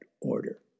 order